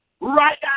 right